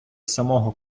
самого